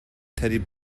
teddy